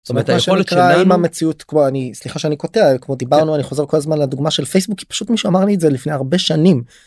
זאת אומרת היכולת של המציאות כבר אני סליחה שאני קוטע, כמו שדיברנו אני חוזר כל הזמן לדוגמה של פייסבוק פשוט מישהו אמר לי את זה לפני הרבה שנים.